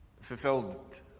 fulfilled